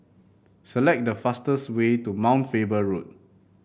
select the fastest way to Mount Faber Road